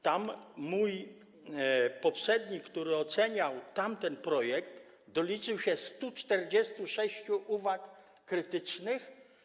Tam mój poprzednik, który oceniał tamten projekt, doliczył się 146 uwag krytycznych.